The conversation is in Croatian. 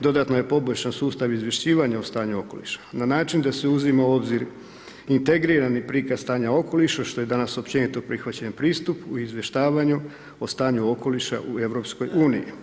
Dodatno je poboljšan sustav izvješćivanja o stanju okoliša na način da se uzima u obzir integrirani prikaz stanja okoliša, što je danas općenito prihvaćen pristup u izvještavanju o stanju okoliša u EU.